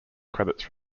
credits